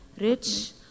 rich